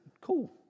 cool